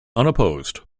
unopposed